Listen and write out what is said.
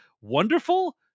Wonderful